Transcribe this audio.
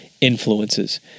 influences